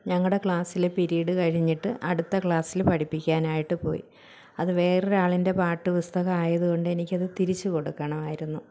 ഞങ്ങളുടെ ക്ലാസിലെ പിരീഡ് കഴിഞ്ഞിട്ട് അടുത്ത ക്ലാസ്സിൽ പഠിപ്പിക്കാനായിട്ട് പോയി അത് വേറൊരാളിൻ്റെ പാട്ട് പുസ്തകമായതുകൊണ്ടെനിക്ക് അത് തിരിച്ചു കൊടുക്കണമായിരുന്നു